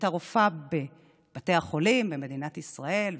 שהייתה רופאה בבתי החולים במדינת ישראל.